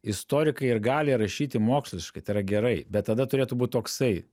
istorikai ir gali rašyti moksliškai tai yra gerai bet tada turėtų būt toksai